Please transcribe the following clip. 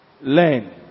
learn